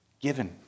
given